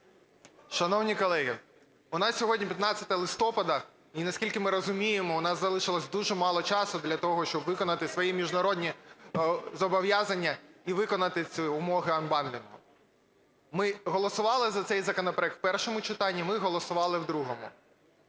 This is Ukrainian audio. Шановні колеги, у нас сьогодні 15 листопада, і, наскільки ми розуміємо, у нас залишилося дуже мало часу для того, щоб виконати свої міжнародні зобов'язання і виконати ці умови анбандлінгу. Ми голосували за цей законопроект в першому читанні, ми голосували в другому.